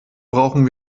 brauchen